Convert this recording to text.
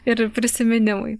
ir prisiminimui